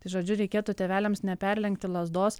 tai žodžiu reikėtų tėveliams neperlenkti lazdos